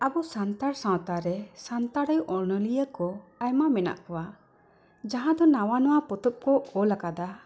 ᱟᱵᱚ ᱥᱟᱱᱛᱟᱲ ᱥᱟᱶᱛᱟ ᱨᱮ ᱥᱟᱱᱛᱟᱲᱤ ᱚᱱᱚᱞᱤᱭᱟᱹ ᱠᱚ ᱟᱭᱢᱟ ᱢᱮᱱᱟᱜ ᱠᱚᱣᱟ ᱡᱟᱦᱟᱸ ᱫᱚ ᱱᱟᱣᱟ ᱱᱟᱣᱟ ᱯᱚᱛᱚᱵ ᱠᱚ ᱚᱞ ᱟᱠᱟᱫᱟ